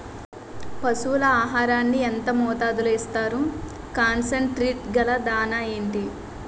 పశువుల ఆహారాన్ని యెంత మోతాదులో ఇస్తారు? కాన్సన్ ట్రీట్ గల దాణ ఏంటి?